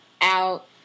out